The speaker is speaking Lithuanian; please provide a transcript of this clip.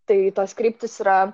tai tos kryptys yra